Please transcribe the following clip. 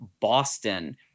Boston